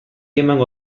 emango